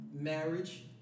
Marriage